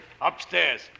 Upstairs